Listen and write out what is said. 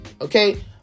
okay